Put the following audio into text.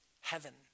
heaven